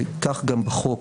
כך גם בחוק